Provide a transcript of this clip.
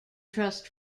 trust